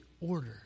order